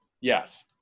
Yes